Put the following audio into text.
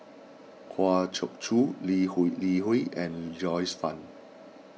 Kwa choke Choo Lee Hui Li Hui and Joyce Fan